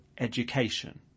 Education